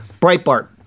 breitbart